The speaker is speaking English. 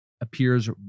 appears